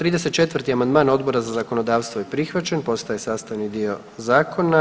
34. amandman Odbora za zakonodavstvo je prihvaćen, postaje sastavni dio zakona.